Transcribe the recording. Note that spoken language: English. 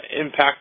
impact